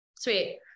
sweet